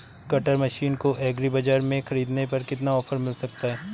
Cutter machine को agri बाजार से ख़रीदने पर कितना ऑफर मिल सकता है?